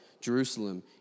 Jerusalem